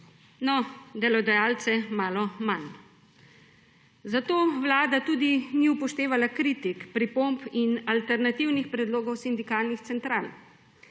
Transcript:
no, delodajalce malo manj. Zato Vlada tudi ni upoštevala kritik, pripomb in alternativnih predlogov sindikalnih central.